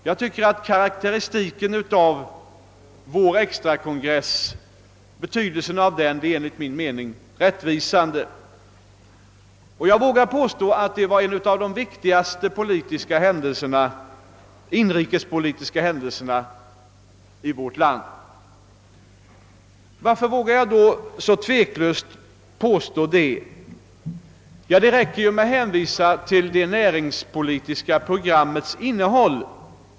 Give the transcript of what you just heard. Denna karakteristik av 1967 års extrakongress är enligt min mening rättvisande. Jag vågar påstå att den varit en av de viktigaste inrikespolitiska händelserna i vårt land. Hur kommer det sig att jag så tveklöst vågar göra detta påstående? Ja, det räcker med att hänvisa till det näringspolitiska programmets innehåll.